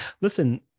listen